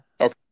Okay